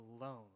alone